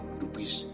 rupees